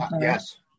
Yes